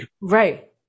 Right